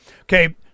Okay